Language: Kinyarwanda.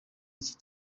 iki